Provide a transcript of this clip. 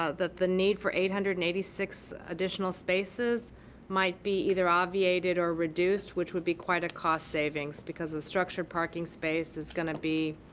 ah the the need for eight hundred and eighty six additional spaces might be either obviated or reduced which would be quite a cost savings, because a structured parking space is going to be